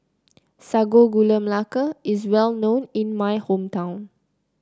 Sago Gula Melaka is well known in my hometown